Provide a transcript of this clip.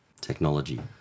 technology